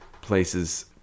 places